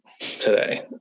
today